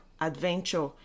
adventure